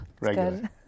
Regular